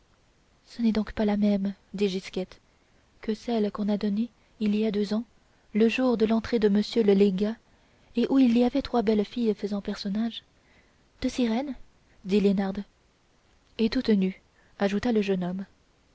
ce n'est donc pas la même dit gisquette que celle qu'on a donnée il y a deux ans le jour de l'entrée de monsieur le légat et où il y avait trois belles filles faisant personnages de sirènes dit liénarde et toutes nues ajouta le jeune homme